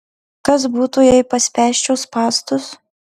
kas būtų jei paspęsčiau spąstus